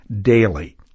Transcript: daily